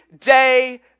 day